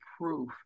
proof